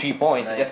like